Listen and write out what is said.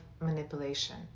manipulation